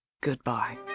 goodbye